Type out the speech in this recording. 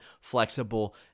flexible